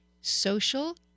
Social